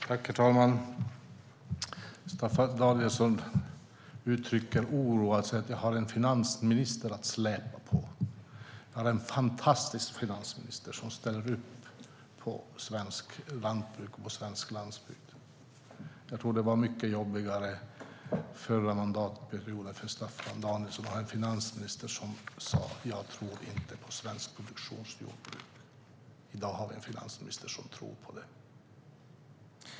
Herr talman! Staffan Danielsson uttrycker en oro för att jag har en finansminister att släpa på. Jag har en fantastisk finansminister som ställer upp på svenskt lantbruk och svensk landsbygd. Jag tror att det var mycket jobbigare för Staffan Danielsson under förra mandatperioden då finansministern sa att han inte trodde på svenskt produktionsjordbruk. I dag har vi en finansminister som gör det.